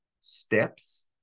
steps